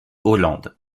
hollande